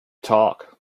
talk